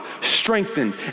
strengthened